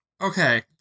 Okay